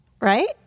Right